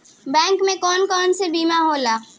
Bank में कौन कौन से बीमा होला?